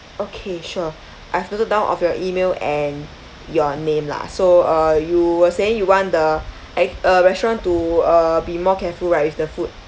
okay sure I've noted down of your email and your name lah so uh you were saying you want the e~ uh restaurant to uh be more careful right with the food